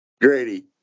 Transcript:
Grady